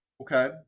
okay